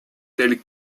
tels